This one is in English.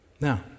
Now